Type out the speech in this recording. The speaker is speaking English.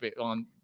on